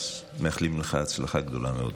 מאחלים לך הצלחה גדולה מאוד.